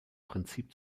prinzip